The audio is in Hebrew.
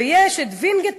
ויש את וינגייט,